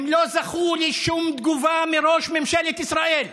הם לא זכו לשום תגובה מראש ממשלת ישראל,